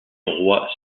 roi